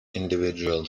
individual